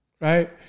Right